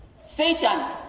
Satan